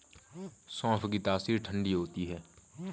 सौंफ की तासीर ठंडी होती है